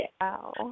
wow